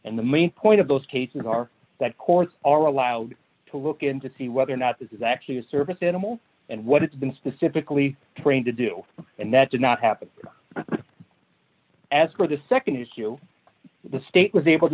and the main point of those cases are that courts are allowed to look into see whether or not this is actually a service animal and what it's been specifically trained to do and that did not happen as per the nd issue the state was able to